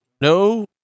no